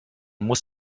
muss